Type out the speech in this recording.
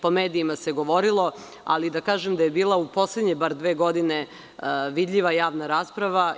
Po medijima se govorilo, ali da kažem da je u poslednje dve godine bila vidljiva javna rasprava.